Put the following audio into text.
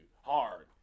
hard